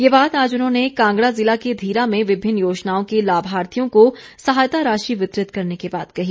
ये बात आज उन्होंने कांगड़ा जिला के धीरा में विभिन्न योजनाओं के लाभार्थियों को सहायता राशि वितरित करने के बाद कही